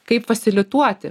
kaip pasilituoti